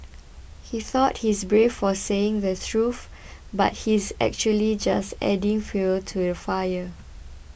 he thought he's brave for saying the truth but he's actually just adding fuel to the fire